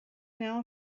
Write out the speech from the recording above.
now